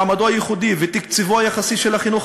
מעמדו הייחודי ותקצובו היחסי של החינוך